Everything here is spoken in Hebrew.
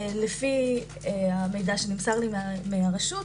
לפי המידע שנמסר לי מהרשות,